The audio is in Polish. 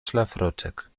szlafroczek